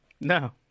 No